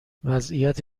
وضعیت